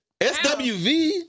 SWV